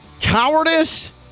Cowardice